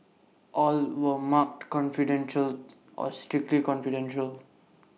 all were marked confidential or strictly confidential